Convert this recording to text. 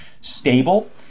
stable